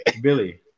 Billy